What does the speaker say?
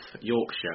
Yorkshire